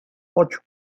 ocho